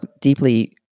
deeply